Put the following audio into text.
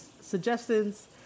suggestions